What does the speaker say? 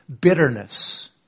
Bitterness